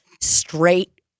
Straight